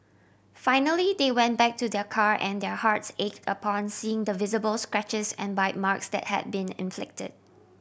finally they went back to their car and their hearts ached upon seeing the visible scratches and bite marks that had been inflicted